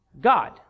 God